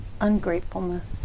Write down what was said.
Ungratefulness